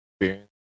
experience